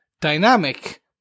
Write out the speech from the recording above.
dynamic